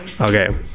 okay